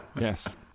Yes